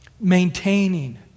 maintaining